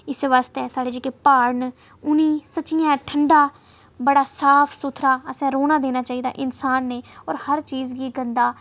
इसै वास्तै साढ़ै जेह्के प्हाड़ न उनें सच्चै गै ठंडा बड़ा साफ सुथरा रौह्ना देना चाहीदा इंसान ने और हर चीज गी गंदा